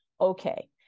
okay